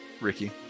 Ricky